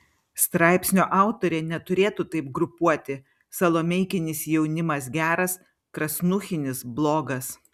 straipsnio autorė neturėtų taip grupuoti salomeikinis jaunimas geras krasnuchinis blogas